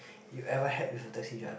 you ever had with a taxi driver